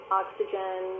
oxygen